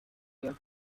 you